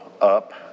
up